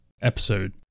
episode